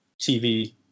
TV